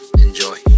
Enjoy